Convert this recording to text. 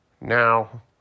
Now